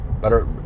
better